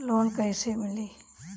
Loan कइसे मिली?